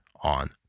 on